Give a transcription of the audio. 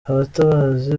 abatabazi